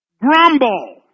grumble